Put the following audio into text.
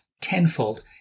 tenfold